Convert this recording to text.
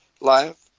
life